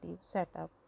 setup